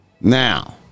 Now